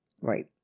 right